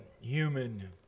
human